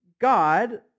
God